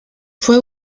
fue